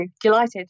Delighted